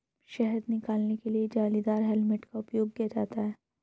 शहद निकालने के लिए जालीदार हेलमेट का उपयोग किया जाता है